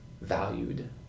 valued